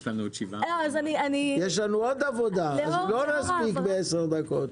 יש לנו עוד עבודה ולא נספיק לעשות אותה ב-10 דקות.